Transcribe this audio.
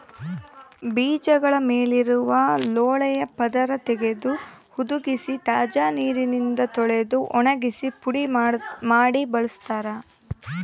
ಬೀಜಗಳ ಮೇಲಿರುವ ಲೋಳೆಯ ಪದರ ತೆಗೆದು ಹುದುಗಿಸಿ ತಾಜಾ ನೀರಿನಿಂದ ತೊಳೆದು ಒಣಗಿಸಿ ಪುಡಿ ಮಾಡಿ ಬಳಸ್ತಾರ